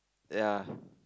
ya